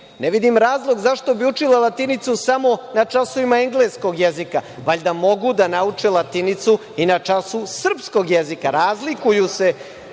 Ne vidim razlog zašto bi učila latinicu samo na časovima engleskog jezika. Valjda mogu da nauče latinicu i na času srpskog jezika. Razlikuju se